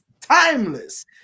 Timeless